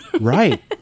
Right